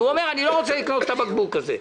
הוא אומר: אני לא רוצה לקנות את הבקבוק הזה.